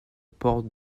porte